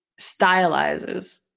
stylizes